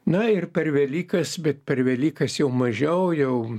na ir per velykas bet per velykas jau mažiau jau